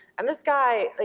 and this guy, ah